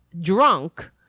drunk